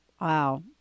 Wow